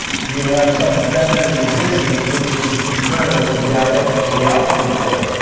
you have some feminine resistance which is internal to the io to the output port